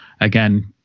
again